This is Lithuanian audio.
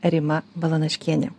rima balanaškienė